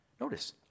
Notice